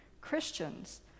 Christians